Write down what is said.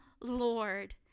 Lord